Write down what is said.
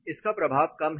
इसका प्रभाव कम है